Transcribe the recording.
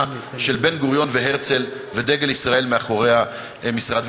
של בן-גוריון והרצל ודגל ישראל מאחוריו במשרד.